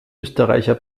österreicher